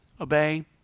obey